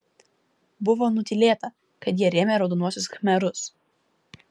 buvo nutylėta kad jie rėmė raudonuosius khmerus